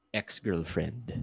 ex-girlfriend